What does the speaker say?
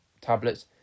tablets